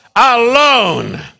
Alone